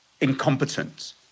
incompetent